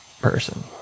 person